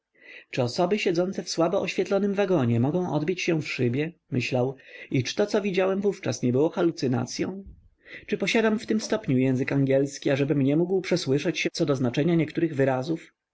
czy osoby siedzące w słabo oświetlonym wagonie mogły odbić się w szybie myślał i czy to co widziałem wówczas nie było halucynacyą czy posiadam w tym stopniu język angielski ażebym nie mógł przesłyszeć się co do znaczenia niektórych wyrazów